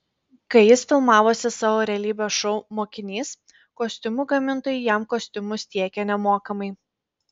kai jis filmavosi savo realybės šou mokinys kostiumų gamintojai jam kostiumus tiekė nemokamai